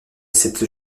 cette